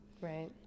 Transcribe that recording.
right